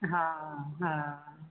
હા હા